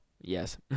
Yes